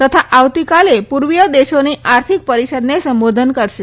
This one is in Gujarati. તથા આવતીકાલે પૂર્વીય દેશોની આર્થિક પરિષદને સંબોધશે